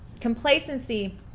Complacency